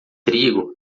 trigo